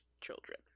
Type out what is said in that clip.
children